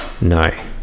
No